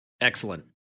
Excellent